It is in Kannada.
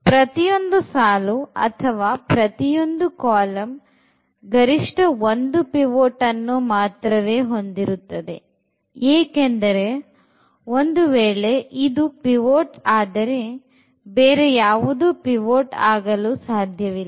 ಪ್ರತಿಯೊಂದು ಸಾಲು ಅಥವಾ ಪ್ರತಿಯೊಂದು ಕಾಲಂ ಗರಿಷ್ಠ ಒಂದು pivot ಅನ್ನು ಮಾತ್ರವೇ ಹೊಂದಿರುತ್ತದೆ ಏಕೆಂದರೆ ಒಂದು ವೇಳೆ ಇದು pivot ಆದರೆ ಬೇರೆ ಯಾವುದು pivot ಆಗಲು ಸಾಧ್ಯವಿಲ್ಲ